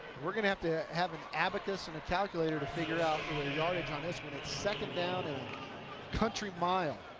we're going to have to have an abacus and a calculator to figure out the yardage on this one. but second down and a country mile